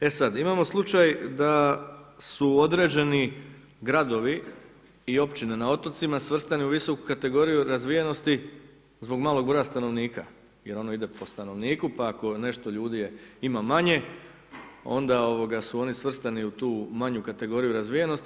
E sad, imamo slučaj da su određeni gradovi i općine na otocima svrstane u visoku kategoriju razvijenosti zbog malog broja stanovnika, jer ono ide po stanovniku, pa ako nešto ljudi ima manje onda su oni svrstani u tu manju kategoriju razvijenosti.